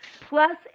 plus